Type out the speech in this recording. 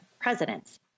presidents